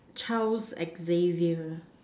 Charles X Xavier